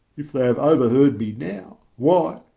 if they have overheard me now why,